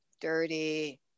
dirty